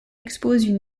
exposent